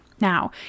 Now